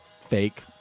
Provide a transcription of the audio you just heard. fake